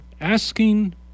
asking